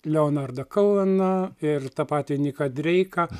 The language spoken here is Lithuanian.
leonardą koeną ir tą patį niką dreiką